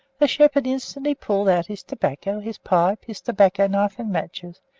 the shepherd instantly pulled out his tobacco, his pipe, his tobacco-knife, and matches,